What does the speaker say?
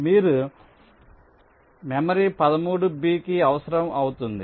మీ memory 13 B కి అవసరం అవుతుంది